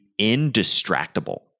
indistractable